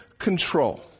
control